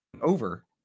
over